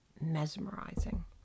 Mesmerizing